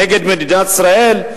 נגד מדינת ישראל,